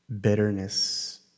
bitterness